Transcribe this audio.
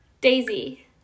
Daisy